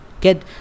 get